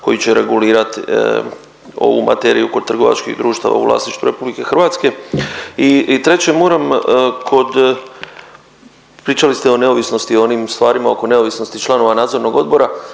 koji će regulirati ovu materiju oko trgovačkih društava u vlasništvu Republike Hrvatske. I treće, moram kod, pričali ste o neovisnosti, o onim stvarima oko neovisnosti članova Nadzornog odbora,